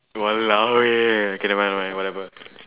!walao! eh okay never mind never mind whatever